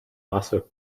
wasser